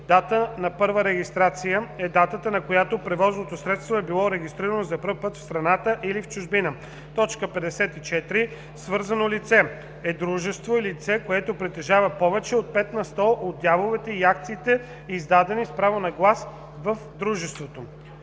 „Дата на първата регистрация“ е датата, на която превозното средство е било регистрирано за първи път в страната или в чужбина. 54. „Свързано лице“ е дружество или лице, което притежава повече от 5 на сто от дяловете и акциите, издадени с право на глас в дружеството.“